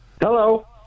Hello